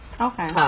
Okay